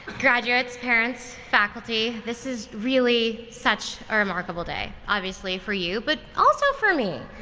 graduates, parents, faculty, this is really such a remarkable day. obviously for you, but also for me,